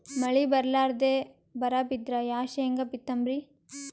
ಮಳಿ ಬರ್ಲಾದೆ ಬರಾ ಬಿದ್ರ ಯಾ ಶೇಂಗಾ ಬಿತ್ತಮ್ರೀ?